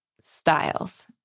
styles